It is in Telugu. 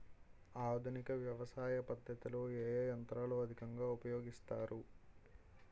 ఆధునిక వ్యవసయ పద్ధతిలో ఏ ఏ యంత్రాలు అధికంగా ఉపయోగిస్తారు?